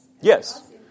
Yes